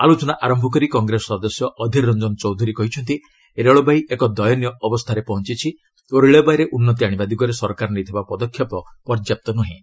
ଆଲୋଚନା ଆରମ୍ଭ କରି କଂଗ୍ରେସ ସଦସ୍ୟ ଅଧୀରଞ୍ଜନ ଚୌଧୁରୀ କହିଛନ୍ତି ରେଳବାଇ ଏକ ଦୟନୀୟ ଅବସ୍ଥାରେ ପହଞ୍ଚିଛି ଓ ରେଳବାଇରେ ଉନ୍ନତି ଆଣିବା ଦିଗରେ ସରକାର ନେଇଥିବା ପଦକ୍ଷେପ ପର୍ଯ୍ୟାପ୍ତ ନୁହେଁ